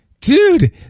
dude